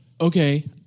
Okay